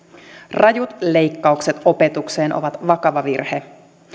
rajut leikkaukset opetukseen ovat vakava virhe